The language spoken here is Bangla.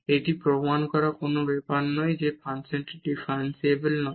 এটি প্রমাণ করা কোন ব্যাপার নয় যে ফাংশন ডিফারেনশিবল নয়